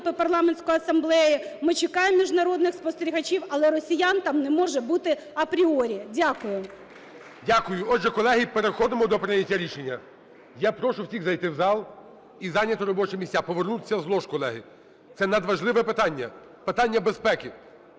Парламентську асамблею. Ми чекаємо міжнародних спостерігачів, але росіян там не може бути апріорі. Дякую. ГОЛОВУЮЧИЙ. Дякую. Отже, колеги, переходимо до прийняття рішення. Я прошу всіх зайти у зал і зайняти робочі місця, повернутися з лож, колеги. Це надважливе питання – питання безпеки.